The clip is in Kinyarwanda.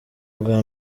bwa